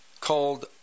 called